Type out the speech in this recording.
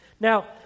Now